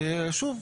שוב,